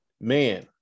man